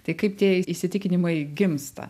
tai kaip tie įsitikinimai gimsta